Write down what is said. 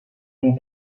les